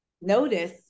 Notice